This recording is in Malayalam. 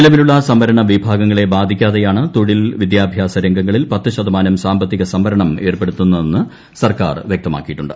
നിലവിലുള്ള സംവരണ വിഭാഗങ്ങളെ ബാധിക്കാതെയാണ് തൊഴിൽ വിദ്യാഭ്യാസ രംഗങ്ങളിൽ പത്ത് ശതമാനം സാമ്പത്തിക സംവരണം ഏർപ്പെടുത്തുന്നതെന്ന് സർക്കാർ വൃക്തമാക്കിയിട്ടുണ്ട്